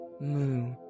moo